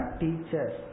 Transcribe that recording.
teachers